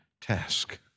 task